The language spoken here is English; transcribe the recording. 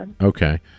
Okay